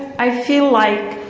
i feel like,